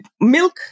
milk